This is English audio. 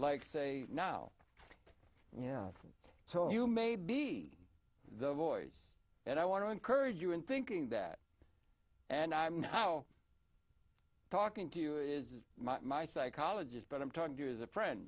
like say now yeah so you may be the voice and i want to encourage you in thinking that and i'm now talking to you is my psychologist but i'm talking to you as a friend